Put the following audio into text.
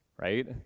right